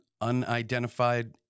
Unidentified